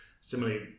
Similarly